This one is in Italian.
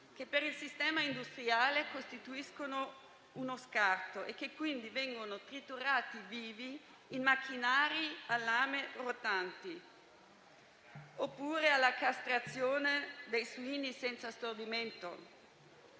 che per il sistema industriale costituiscono uno scarto e che quindi vengono triturati vivi in macchinari a lame rotanti, oppure alla castrazione dei suini senza stordimento.